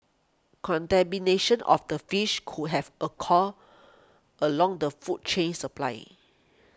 contamination of the fish could have occurred along the food chain supply